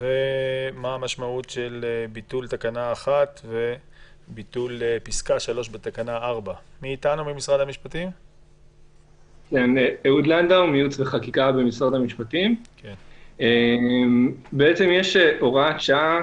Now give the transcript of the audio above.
ומה המשמעות של ביטול תקנה 1 וביטול פסקה (3) בתקנה 4. יש הוראת שעה